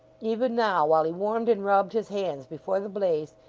even now, while he warmed and rubbed his hands before the blaze,